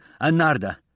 Anarda